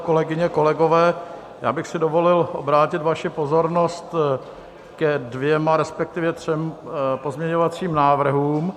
Kolegyně, kolegové, já bych si dovolil obrátit vaši pozornost ke dvěma, respektive třem pozměňovacím návrhům.